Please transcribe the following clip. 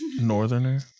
Northerner